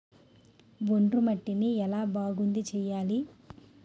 ఒండ్రు మట్టిని ఎలా బాగుంది చేయాలి?